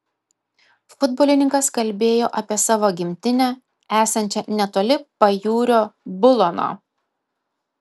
futbolininkas kalbėjo apie savo gimtinę esančią netoli pajūrio bulono